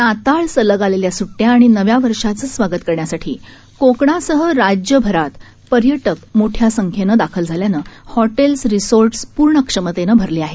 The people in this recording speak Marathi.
नाताळ सलग आलेल्या सुट्या आणि नव्या वर्षांचं स्वागत करण्यासाठी कोकणासह राज्यातल्या जिल्ह्यात पर्यटक मोठ्या संख्येनं दाखल झाल्यानं हॉटेल्स रिसॉर्ट पूर्ण क्षमतेनं भरले आहेत